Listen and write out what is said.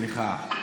סליחה.